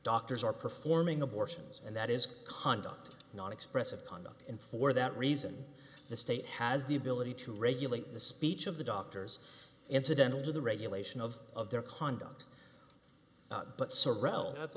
doctors are performing abortions and that is conduct not expressive conduct and for that reason the state has the ability to regulate the speech of the doctors incidental to the regulation of their conduct but